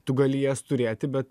tu gali jas turėti bet